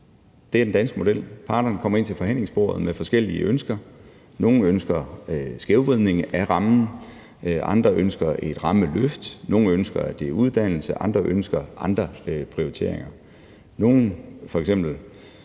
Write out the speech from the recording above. Det er den danske model. Parterne kommer ind til forhandlingsbordet med forskellige ønsker. Nogle ønsker skævvridning af rammen, andre ønsker et rammeløft, nogle ønsker, det er uddannelse, andre ønsker andre prioriteringer. Nogle –